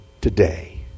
today